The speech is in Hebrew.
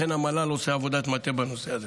לכן המל"ל עושה עבודת מטה בנושא הזה.